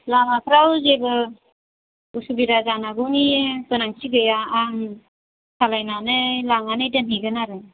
लामाफ्राव जेबो उसुबिदा जानांगौनि गोनांथि गैया आं सालायनानै लांनानै दोनहैगोन आरो